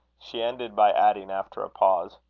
she ended by adding, after a pause